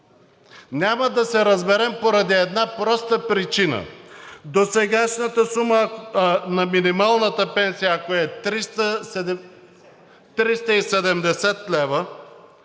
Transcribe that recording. Няма да се разберем поради една проста причина – досегашната сума на минималната пенсия, ако е 370 лв.,